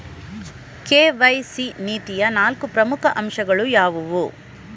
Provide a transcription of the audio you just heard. KYC ನೀತಿಯ ನಾಲ್ಕು ಪ್ರಮುಖ ಅಂಶಗಳು ಯಾವುವು?